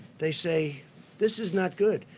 they say this is not good.